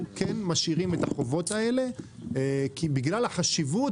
משאירים את החובות האלה בגלל החשיבות